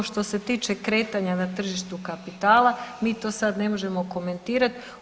Što se tiče kretanja na tržištu kapitala, mi to sada ne možemo komentirat.